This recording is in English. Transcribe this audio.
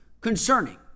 concerning